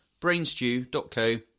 brainstew.co